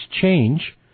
change